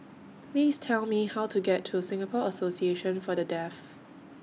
Please Tell Me How to get to Singapore Association For The Deaf